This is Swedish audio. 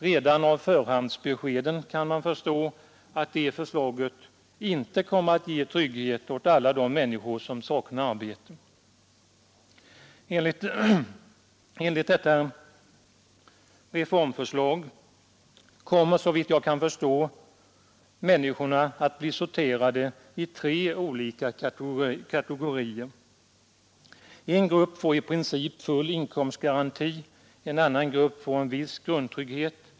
Redan av förhandsbeskeden kan man förstå att det förslaget inte kommer att ge trygghet åt alla de människor som saknar arbete. Enligt detta reformförslag kommer, såvitt jag kan förstå, människorna att bli sorterade i tre olika kategorier. En grupp får i princip full inkomstgaranti. En annan grupp får en viss grundtrygghet.